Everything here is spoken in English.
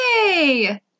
yay